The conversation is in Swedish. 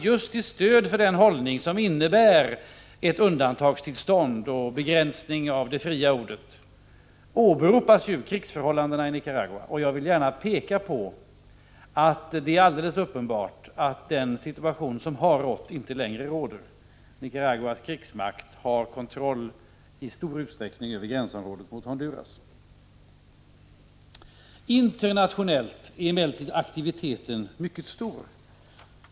Just i stödet för en hållning som innebär ett undantagstillstånd och en begränsning av det fria ordet åberopas ju krigsförhållandena i Nicaragua. Jag vill gärna peka på att det är alldeles uppenbart att den situation som har rått inte längre råder. Nicaraguas krigsmakt har i stor utsträckning kontroll över gränsområdet mot Honduras. Internationellt är emellertid aktiviteten mycket stor.